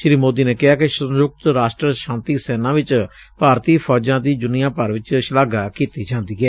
ਸ੍ਰੀ ਮੋਦੀ ਨੇ ਕਿਹਾ ਕਿ ਸੰਯੁਕਤ ਰਾਸ਼ਟਰ ਸ਼ਾਂਤੀ ਸੈਨਾ ਚ ਭਾਰਤੀ ਫੌਜਾਂ ਦੀ ਦੁਨੀਆਂ ਭਰ ਚ ਸ਼ਲਾਘਾ ਕੀਤੀ ਜਾਂਦੀ ਏ